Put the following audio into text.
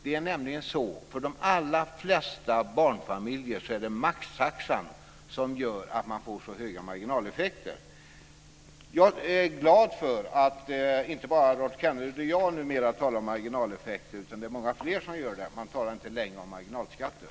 Det är nämligen för de allra flesta barnfamiljer barnomsorgsavgiften som gör att man får för höga marginaleffekter. Jag är glad för att numera inte bara Rolf Kenneryd och jag utan många fler talar om marginaleffekter. Man talar inte längre om marginalskatter.